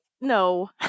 no